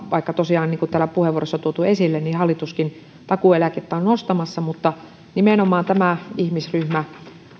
vaikka tosiaan niin kuin täällä puheenvuoroissa on tuotu esille hallituskin takuueläkettä on nostamassa nimenomaan tämä ihmisryhmä